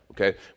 okay